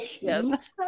Yes